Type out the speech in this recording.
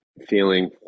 feeling